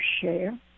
share